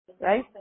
right